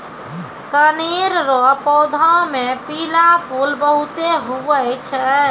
कनेर रो पौधा मे पीला फूल बहुते हुवै छै